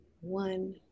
one